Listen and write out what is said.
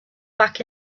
back